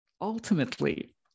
ultimately